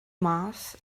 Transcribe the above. mass